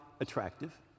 attractive